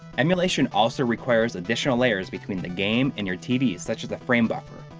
emulation also requires additional layers between the game and your tv such as a framebuffer,